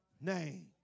name